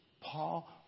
Paul